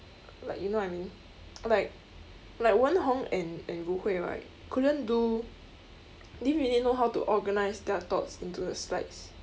like you know what I mean like like wen hong and and ru hui right couldn't do didn't really know how to organise their thoughts into the slides